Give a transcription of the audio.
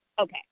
Okay